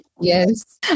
Yes